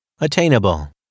Attainable